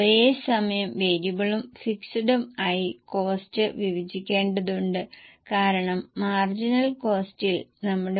management വിൽപനച്ചെലവിൽ 20 ശതമാനം margin നല്കാൻ താൽപര്യപ്പെടുന്നത് കൺസെഷണൽ പ്രൈസ് കോളത്തിൽ കാണിക്കുക